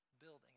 building